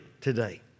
today